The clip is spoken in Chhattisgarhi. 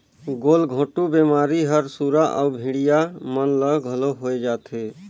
गलघोंटू बेमारी हर सुरा अउ भेड़िया मन ल घलो होय जाथे